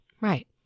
Right